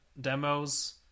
demos